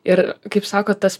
ir kaip sakot tas